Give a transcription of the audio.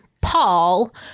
Paul